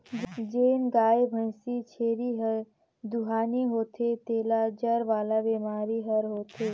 जेन गाय, भइसी, छेरी हर दुहानी होथे तेला जर वाला बेमारी हर होथे